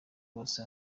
hose